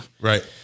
Right